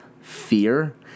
fear